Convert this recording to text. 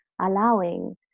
allowing